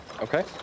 okay